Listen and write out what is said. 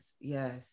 yes